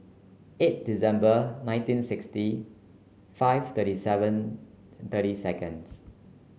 eight December nineteen sixty five thirty seven thirty seconds